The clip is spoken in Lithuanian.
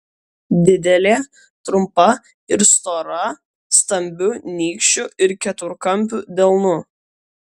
didelė trumpa ir stora stambiu nykščiu ir keturkampiu delnu